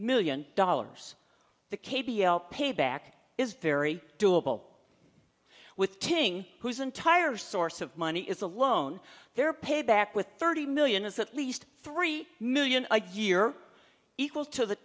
million dollars the k b l payback is very doable with ting whose entire source of money is a loan their pay back with thirty million is at least three million a year equal to the